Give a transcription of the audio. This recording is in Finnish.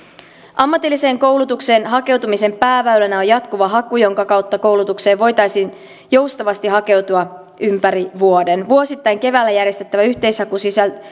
ammatilliseen koulutukseen hakeutumisen pääväylänä on jatkuva haku jonka kautta koulutukseen voitaisiin joustavasti hakeutua ympäri vuoden vuosittain keväällä järjestettävä yhteishaku